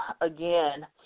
again